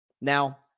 Now